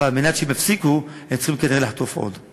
כדי שהם יפסיקו הם צריכים כנראה לחטוף עוד.